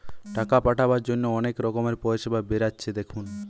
টাকা পাঠাবার জন্যে অনেক রকমের পরিষেবা বেরাচ্ছে দেখুন